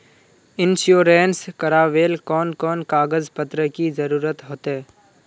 Insurance करावेल कोन कोन कागज पत्र की जरूरत होते?